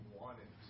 wanted